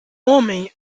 homem